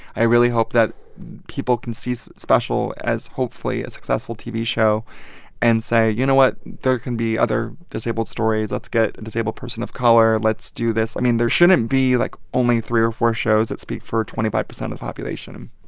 i really hope that people can see see special as hopefully a successful tv show and say, you know what? there can be other disabled stories. let's get a disabled person of color. let's do this. i mean, there shouldn't be, like, only three or four shows that speak for twenty five percent of population.